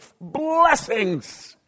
Blessings